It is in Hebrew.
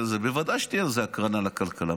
בוודאי שתהיה איזו הקרנה לכלכלה,